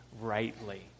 rightly